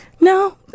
no